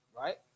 right